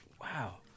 wow